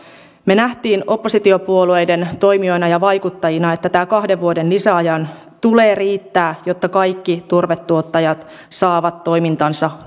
me näimme oppositiopuolueiden toimijoina ja vaikuttajina että tämän kahden vuoden lisäajan tulee riittää jotta kaikki turvetuottajat saavat toimintansa